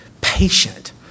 patient